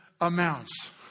amounts